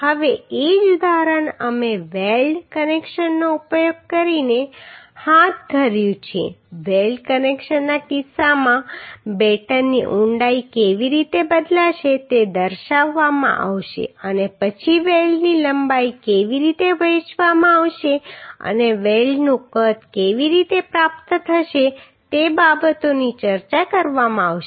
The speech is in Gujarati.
હવે એ જ ઉદાહરણ અમે વેલ્ડ કનેક્શનનો ઉપયોગ કરીને હાથ ધર્યું છે વેલ્ડ કનેક્શનના કિસ્સામાં બેટનની ઊંડાઈ કેવી રીતે બદલાશે તે દર્શાવવામાં આવશે અને પછી વેલ્ડની લંબાઈ કેવી રીતે વહેંચવામાં આવશે અને વેલ્ડનું કદ કેવી રીતે પ્રાપ્ત થશે તે બાબતોની ચર્ચા કરવામાં આવશે